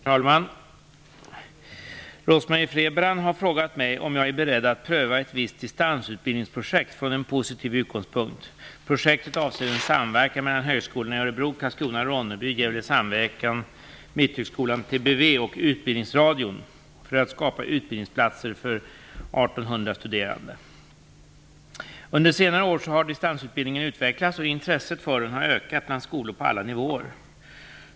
Herr talman! Rose-Marie Frebran har frågat mig om jag är beredd att pröva ett visst distansutbildningsprojekt från en positiv utgångspunkt. Projektet avser en samverkan mellan högskolorna i Örebro, Karlskrona Sandviken, Mitthögskolan, TBV och Utbildningsradion för att skapa utbildningsplatser för 1 800 studerande. Under senare år har distansutbildningen utvecklats och intresset för den ökat bland skolor på alla nivåer.